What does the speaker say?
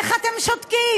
איך אתם שותקים?